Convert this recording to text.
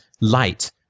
light